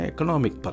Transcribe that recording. Economic